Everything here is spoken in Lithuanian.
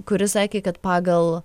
kuri sakė kad pagal